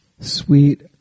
sweet